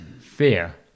fear